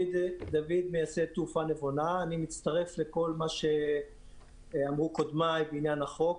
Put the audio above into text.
אני מצטרף לכל מה שאמרו קודמיי בעניין החוק.